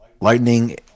Lightning